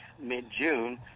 mid-June